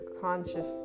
conscious